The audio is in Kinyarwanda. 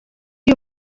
uyu